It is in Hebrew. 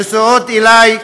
נשואות אלי,